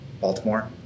Baltimore